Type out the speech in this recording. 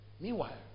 Meanwhile